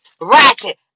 Ratchet